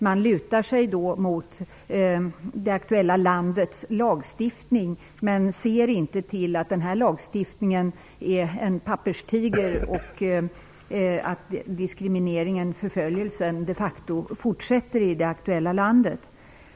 Man stöder sig nämligen på det aktuella landets lagstiftning och ser inte att den lagstiftningen är en papperstiger och att diskrimineringen, förföljelsen, de facto fortsätter i det aktuella landet.